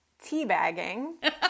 teabagging